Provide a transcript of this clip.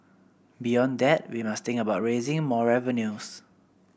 beyond that we must think about raising more revenues